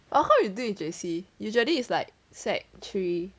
oh how you do in J_C usually is like sec three